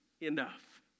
enough